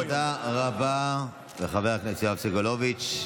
תודה רבה לחבר הכנסת יואב סגלוביץ'.